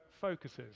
focuses